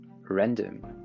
random